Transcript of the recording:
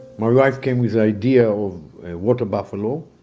my wife came with idea of water buffalo.